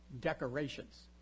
decorations